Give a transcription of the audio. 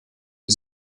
die